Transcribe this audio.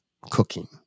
cooking